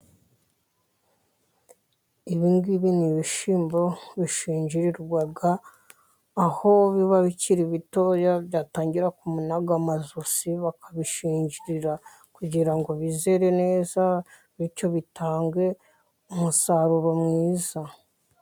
Ibingibi ni ibishyimbo bishingirirwa, aho biba bikiri bitoya, byatangira kunaga amajosi, bakabishingirira kugira ngo bizere neza, bityo bitange umusaruro mwiza.